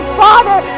father